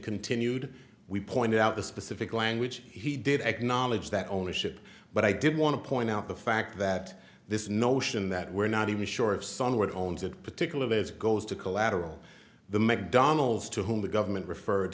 continued we pointed out the specific language he did acknowledge that ownership but i did want to point out the fact that this notion that we're not even sure if somewhere owns that particular this goes to collateral the mcdonnell's to whom the government referred